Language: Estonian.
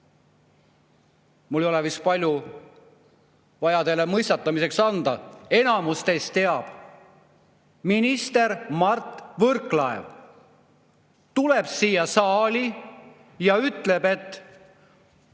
Mul ei ole vist palju vaja teile mõistatamiseks anda, enamus teist teab. Minister Mart Võrklaev tuleb siia saali ja ütleb, et